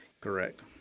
Correct